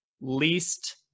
least